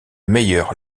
meilleur